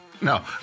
No